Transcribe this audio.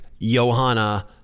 Johanna